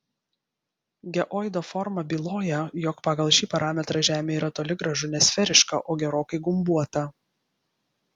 geoido forma byloja jog pagal šį parametrą žemė yra toli gražu ne sferiška o gerokai gumbuota